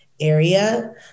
area